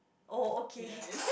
oh okay